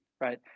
right